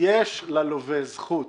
יש ללווה זכות